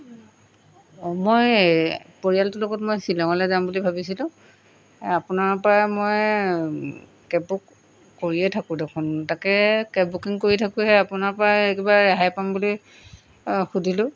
মই পৰিয়ালটোৰ লগত মই শ্বিলঙলৈ যাম বুলি ভাবিছিলোঁ আপোনাৰ পৰা মই কেব বুক কৰিয়েই থাকোঁ দেখোন তাকে কেব বুকিং কৰি থাকোঁহে আপোনাৰ পৰা কিবা ৰেহাই পাম বুলি সুধিলোঁ